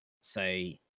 say